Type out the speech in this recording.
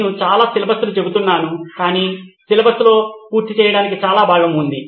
నేను చాలా సిలబస్లు చెబుతున్నాను కాని సిలబస్లో పూర్తి చేయడానికి చాలా భాగం ఉంది